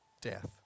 death